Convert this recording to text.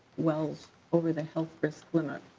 wells over the health risk limit.